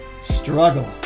struggle